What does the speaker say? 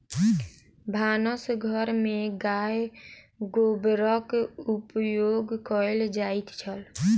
भानस घर में गाय गोबरक उपयोग कएल जाइत छल